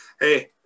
Hey